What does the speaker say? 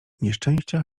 nieszczęścia